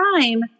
time